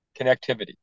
connectivity